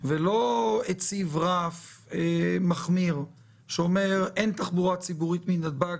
ולא הציב רף מחמיר שאומר: אין תחבורה ציבורית מנתב"ג,